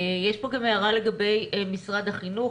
יש פה גם הערה לגבי משרד החינוך,